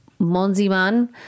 Monziman